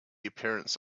appearance